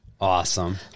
Awesome